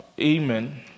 Amen